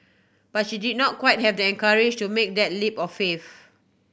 but she did not quite have the courage to make that leap of faith